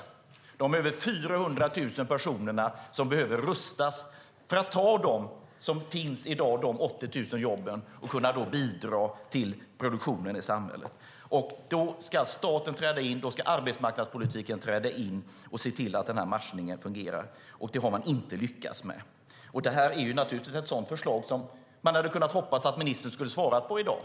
Det handlar om de över 400 000 personer som behöver rustas för att kunna ta dessa 80 000 jobb som finns i dag och bidra till produktionen i samhället. Då ska staten träda in, och då ska arbetsmarknadspolitiken träda in och se till att matchningen fungerar. Det har man inte lyckats med. Detta är ett sådant förslag som man hade kunnat hoppas på att ministern hade svarat på i dag.